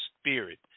spirit